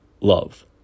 love